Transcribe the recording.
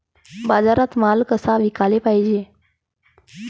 बाजारात माल कसा विकाले पायजे?